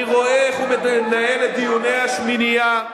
אני רואה איך הוא מנהל את דיוני השמינייה,